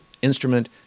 instrument